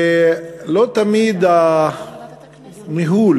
ולא תמיד הניהול